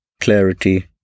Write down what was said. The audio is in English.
clarity